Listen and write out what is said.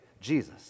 Jesus